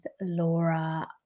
Laura